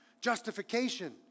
Justification